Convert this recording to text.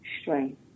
strength